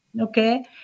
okay